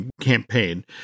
campaign